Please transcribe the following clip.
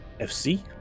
fc